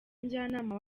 njyanama